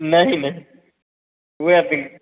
नहीं नहीं पूरा दिन